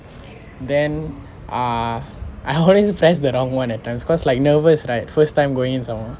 then uh I always press the wrong [one] leh at times because like nervous right first time going in some more